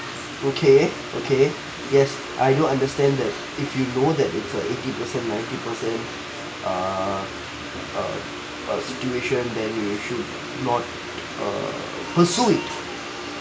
okay okay yes I don't understand that if you know that if uh eighty percent ninety percent uh uh a situation then you actually not err pursue it